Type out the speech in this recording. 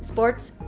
sports,